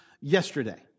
yesterday